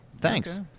Thanks